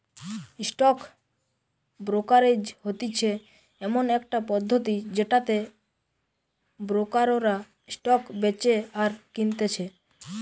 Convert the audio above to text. stock brokerage হতিছে এমন একটা পদ্ধতি যেটাতে ব্রোকাররা স্টক বেচে আর কিনতেছে